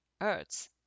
Earths